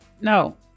No